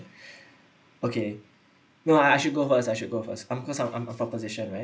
okay no I I should go first I should go first I'm cause I'm I'm a proposition right